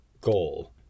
goal